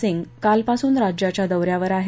सिंग कालपासून राज्याच्या दौर्यावर आहेत